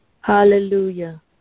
Hallelujah